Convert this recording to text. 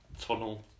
Tunnel